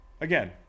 again –